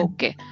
Okay